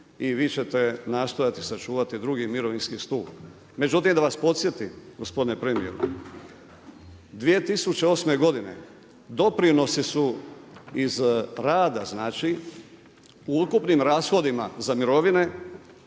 i vi ćete nastojati sačuvati 2. mirovinski stup. Međutim, da vas podsjetim gospodine premjeru, 2008. godine, doprinosi su iz rada u ukupnim rashodima za mirovine